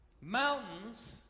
Mountains